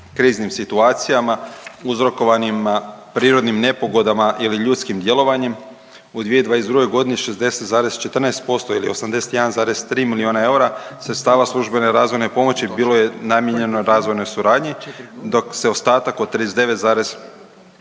kriznim situacijama uzrokovanima prirodnim nepogodama ili ljudskim djelovanjem, u 2022.g. 60,14% ili 81,3 milijuna eura sredstava službene razvojne pomoći bilo je namijenjeno razvojnoj suradnji, dok se ostatak od 39,86%